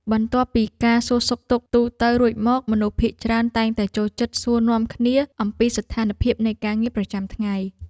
បន្ទាប់ពីការសួរសុខទុក្ខទូទៅរួចមក មនុស្សភាគច្រើនតែងតែចូលចិត្តសួរនាំគ្នាអំពីស្ថានភាពនៃការងារប្រចាំថ្ងៃ។